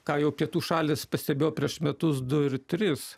ką jau pietų šalys pastebėjo prieš metusdu ir tris